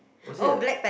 was it a